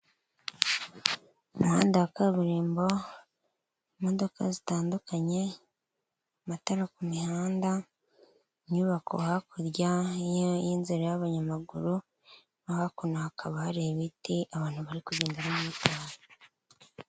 Umuhanda wa kaburimbo, imodoka zitandukanye, amatara ku mihanda, inyubako hakurya y'inzira y'abanyamaguru no hakuno hakaba hari ibiti, abantu bari kugenda n'umumotari.